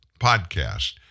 podcast